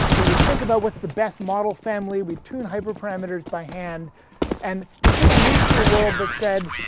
we would think about what's the best model family. we'd tune hyper parameters by hand and we sort of move to a world that said,